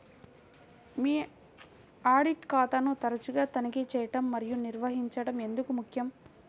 మీ audit ఖాతాను తరచుగా తనిఖీ చేయడం మరియు నిర్వహించడం ఎందుకు ముఖ్యం?